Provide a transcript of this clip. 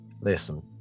listen